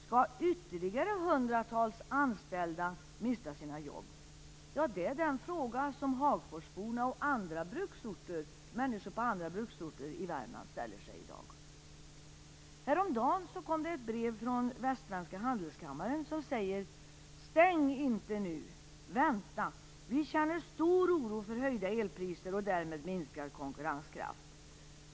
Skall ytterligare hundratals anställda mista sina jobb? Det är den fråga som hagforsborna och människorna på andra bruksorter i Värmland ställer sig i dag. Häromdagen kom det ett brev från Västsvenska Handelskammaren som sade: Stäng inte nu! Vänta! Vi känner stor oro för höjda elpriser och därmed minskad konkurrenskraft.